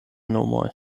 nomoj